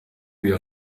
wir